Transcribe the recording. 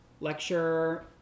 Lecture